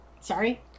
Sorry